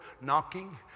knocking